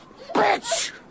Bitch